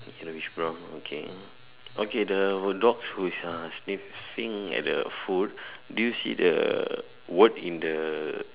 yellowish brown okay okay the dog who is ah sniffing at the food do you see the word in the